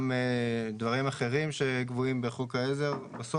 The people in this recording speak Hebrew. גם דברים אחרים שקבועים בחוק העזר, בסוף,